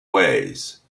ways